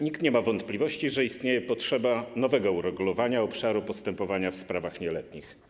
Nikt nie ma wątpliwości, że istnieje potrzeba nowego uregulowania obszaru postępowania w sprawach nieletnich.